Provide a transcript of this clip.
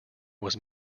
was